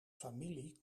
familie